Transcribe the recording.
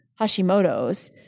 Hashimoto's